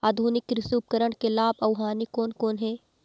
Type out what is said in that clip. आधुनिक कृषि उपकरण के लाभ अऊ हानि कोन कोन हे?